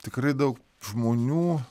tikrai daug žmonių